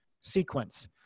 sequence